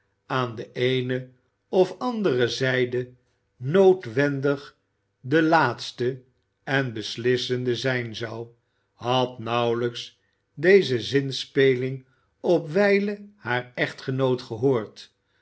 aan de eene of andere zijde noodwendig de laatste en beslissende zijn zou had nauwelijks deze zinspeling op wijlen haar echtgenoot gehoord